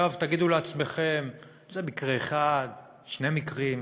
עכשיו תגידו לעצמכם: זה מקרה אחד, שני מקרים.